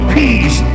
peace